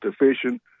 efficient